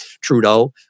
Trudeau